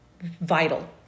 vital